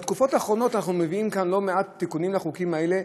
בתקופות האחרונות אנחנו מביאים לכאן לא מעט תיקונים לחוקים האלה.